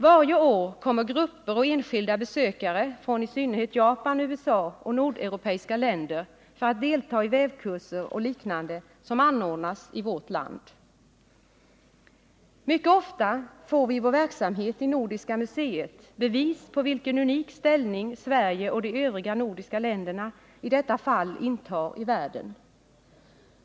Varje år kommer grupper och enskilda besökare från i synnerhet Japan, USA och nordeuropeiska länder för att delta i vävkurser och liknande som anordnas i vårt land. Mycket ofta får vi i vår verksamhet i Nordiska museet bevis på vilken unik ställning Sverige och de övriga nordiska länderna i detta fall intar i världen.